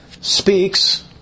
speaks